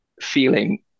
feeling